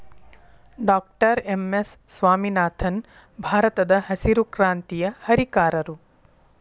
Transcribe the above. doctor M S Swaminathan ಭಾರತದಹಸಿರು ಕ್ರಾಂತಿಯ ಹರಿಕಾರರು